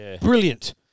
brilliant